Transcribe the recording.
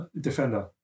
Defender